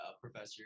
professor